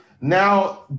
now